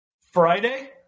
Friday